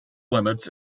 limits